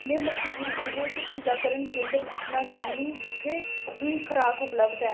में मैसूर जि'ले च टीकाकरण केंद्र दिक्खना चाह्न्नी जित्थै दूई खराक उपलब्ध ऐ